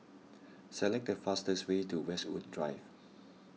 select the fastest way to Westwood Drive